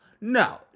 No